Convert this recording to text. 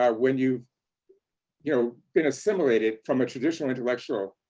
ah when you've, you know, been assimilated from a traditional intellectual,